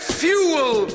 fuel